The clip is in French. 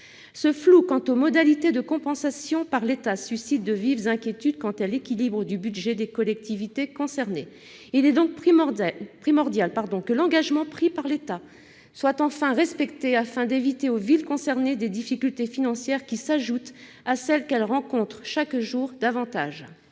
Ce flou quant aux modalités de compensation par l'État suscite de vives inquiétudes s'agissant de l'équilibre du budget des collectivités concernées. Il est donc primordial que l'engagement pris par l'État soit enfin respecté, afin d'éviter aux villes concernées des difficultés financières qui s'ajoutent à celles qu'elles rencontrent chaque jour davantage.